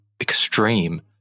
extreme